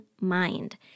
mind